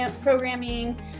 programming